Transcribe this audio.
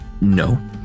No